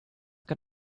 got